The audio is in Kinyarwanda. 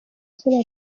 izina